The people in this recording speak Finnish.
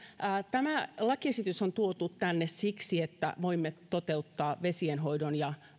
tämä lakiesitys on tuotu tänne siksi että voimme toteuttaa vesienhoidon ja